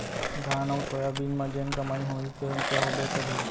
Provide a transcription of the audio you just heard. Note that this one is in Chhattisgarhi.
धान अउ सोयाबीन म जेन कमाई होही तेन तो होबे करही